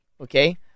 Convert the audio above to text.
okay